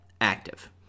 active